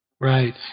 Right